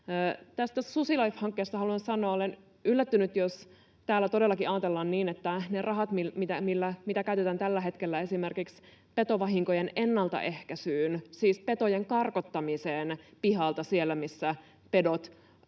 Tästä SusiLIFE-hankkeesta haluan sanoa. Olen yllättynyt, jos täällä todellakin ajatellaan niin, että niitä rahoja, joita käytetään tällä hetkellä esimerkiksi petovahinkojen ennaltaehkäisyyn — siis petojen karkottamiseen pihalta siellä, missä pedot käyvät